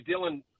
Dylan